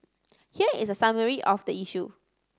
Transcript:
here is a summary of the issue